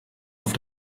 auf